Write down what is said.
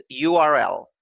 URL